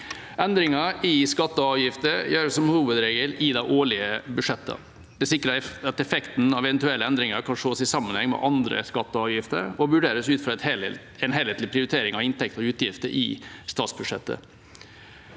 Endringer i skatter og avgifter gjøres som hovedregel i de årlige budsjettene. Det sikrer at effekten av eventuelle endringer kan sees i sammenheng med andre skatter og avgifter og vurderes ut fra en helhetlig priori tering av inntekter og utgifter i statsbudsjettet.